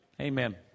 amen